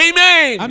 Amen